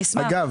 אגב